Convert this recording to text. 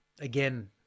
again